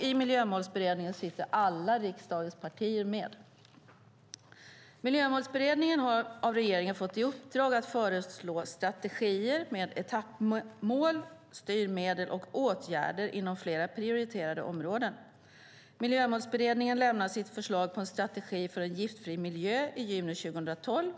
I Miljömålsberedningen sitter alla riksdagens partier med. Regeringen har gett Miljömålsberedningen i uppdrag att föreslå strategier med etappmål, styrmedel och åtgärder inom flera prioriterade områden. Miljömålsberedningen lämnade sitt förslag på en strategi för en giftfri miljö i juni 2012.